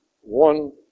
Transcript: one